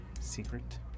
secret